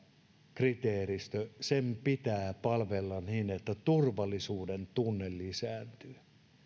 kriteeristön pitää palvella niin että turvallisuudentunne lisääntyy